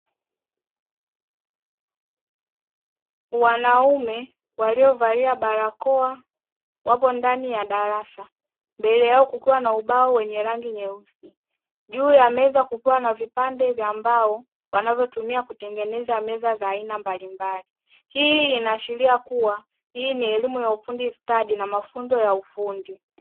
Wanaume waliovalia barakoa wapo ndani ya darasa mbele yao kukiwa na ubao wenye rangi nyeusi, juu ya meza kukiwa na vipande vya mbao wanavyotumia kutengeneza meza za aina mbalimbali, hii inaashiria kuwa hii ni elimu ya ufundi stadi na mafunzo ya ufundi.